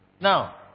now